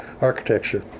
architecture